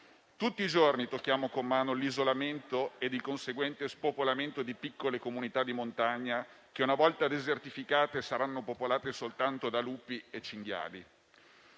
Tutti i giorni tocchiamo con mano l'isolamento e il conseguente spopolamento di piccole comunità di montagna che, una volta desertificate, saranno popolate soltanto da lupi e cinghiali.